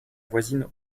voisine